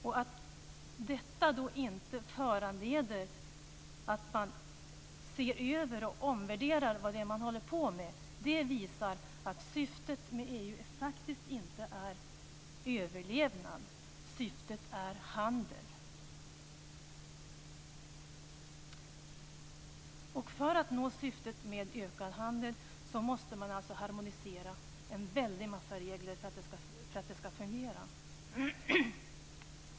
Att detta inte föranleder att man ser över och omvärderar vad det är som man håller på med visar att syftet med EU faktiskt inte är överlevnad. Syftet är handel. Och för att nå syftet med ökad handel måste man alltså harmonisera en väldig massa regler för att det ska fungera.